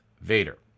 Vader